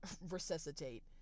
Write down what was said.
resuscitate